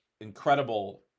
incredible